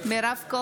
בעד שרן מרים השכל,